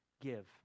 give